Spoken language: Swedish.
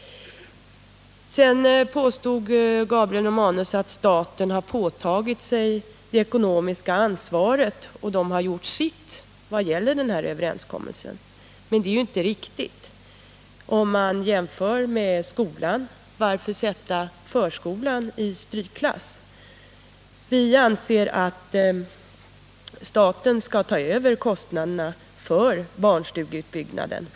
Sedan påstod Gabriel Romanus att staten har påtagit sig det ekonomiska ansvaret och att den har gjort sitt vad gäller den här överenskommelsen. Men det är ju inte riktigt, om man jämför med skolan — varför sätta förskolan i strykklass? Vi anser att staten skall ta över kostnaderna för barnstugeutbyggnaden.